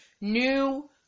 new